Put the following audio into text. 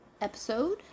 episode